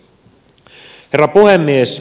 herra puhemies